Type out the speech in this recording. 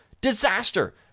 Disaster